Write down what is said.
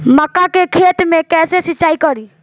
मका के खेत मे कैसे सिचाई करी?